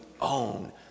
own